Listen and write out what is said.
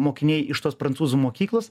mokiniai iš tos prancūzų mokyklos